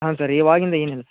ಹೌದು ಸರ್ ಇವಾಗಿಂದ ಏನಿಲ್ಲ ಸರ್